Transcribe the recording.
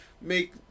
make